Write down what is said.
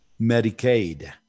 Medicaid